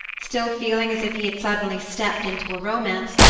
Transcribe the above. still feeling as if he had suddenly stepped into a romance,